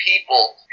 people